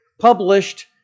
published